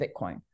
Bitcoin